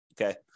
Okay